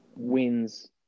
wins